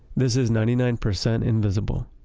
this is ninety nine percent invisible.